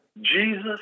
Jesus